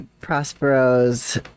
Prospero's